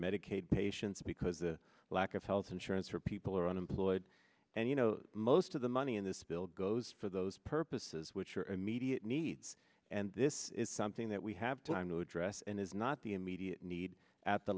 medicaid patients because the lack of health insurance for people are unemployed and you know most of the money in this bill goes for those purposes which are immediate needs and this is something that we have time to address and is not the immediate need at the